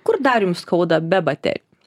kur dar jum skauda be bater